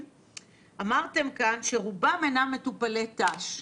אמרתם כאן שרובם אינם מטופלי ת"ש.